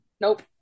Nope